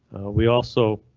we also